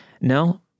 no